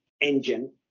engine